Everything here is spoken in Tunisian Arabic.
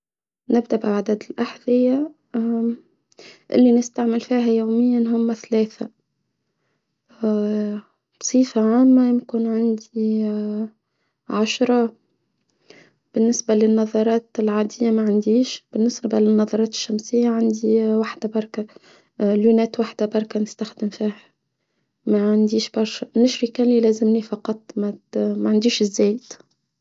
نبدأ بعدد الأحذية، اللي نستعمل فيها يوميا هم ثلاثة، صيفة عامة يمكن عندي عشرة، بالنسبة للنظرات العادية ما عنديش، بالنسبة للنظرات الشمسية عندي واحدة باركه لونات واحده باركه نستخدم فيها، ما عنديش برشة، نشري كالي لازمني فقط ما عنديش الزايت.